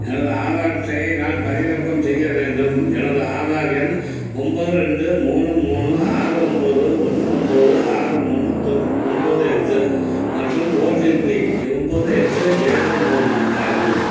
எனது ஆதார் அட்டையை நான் பதிவிறக்கம் செய்ய வேண்டும் எனது ஆதார் எண் ஒம்பது ரெண்டு மூணு மூணு ஆறு ஒம்பது ஒன்று ஒம்பது ஆறு மூணு தொண் ஒம்பது எட்டு மற்றும் ஓடிபி ஒம்பது எட்டு ஏழு மூணு ஆகும்